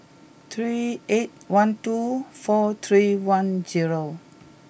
three eight one two four three one zero